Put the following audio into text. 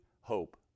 Hope